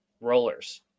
rollers